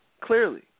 clearly